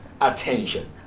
attention